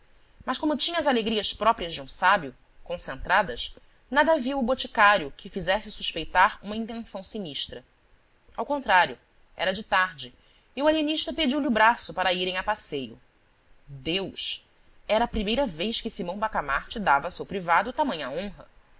mas como tinha as alegrias próprias de um sábio concentradas nada viu o boticário que fizesse suspeitar uma intenção sinistra ao contrário era de tarde e o alienista pediu-lhe o braço para irem a passeio deus era a primeira vez que simão bacamarte dava o seu privado tamanha honra